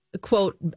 quote